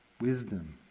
wisdom